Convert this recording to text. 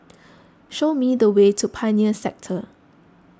show me the way to Pioneer Sector